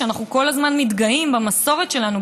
אנחנו כל הזמן מתגאים במסורת שלנו,